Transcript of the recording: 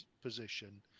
position